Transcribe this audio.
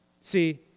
See